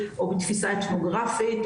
או בתפיסה הטופוגרפית,